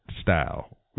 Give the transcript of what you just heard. style